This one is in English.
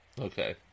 Okay